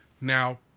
Now